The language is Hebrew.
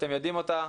אתם יודעים אותה,